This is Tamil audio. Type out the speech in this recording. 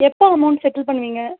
எப்போது அமௌண்ட் செட்டில் பண்ணுவீங்க